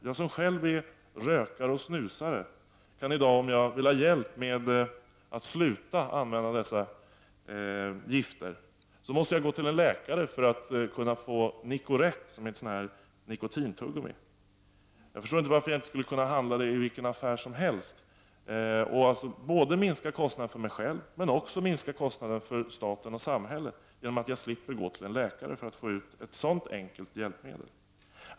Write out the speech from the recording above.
Den som själv är rökare och snusare, och vill ha hjälp med att sluta att använda dessa gifter, måste i dag gå till en läkare för att kunna få Nicorette, som är ett nikotintuggummi. Jag förstår inte varför jag inte skulle kunna handla det i vilken affär som helst och alltså minska kostnaderna både för mig själv och för staten och samhället genom att slippa gå till en läkare för att få ut ett sådant enkelt hjälpmedel.